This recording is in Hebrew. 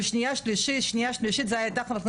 בשנים האחרונות.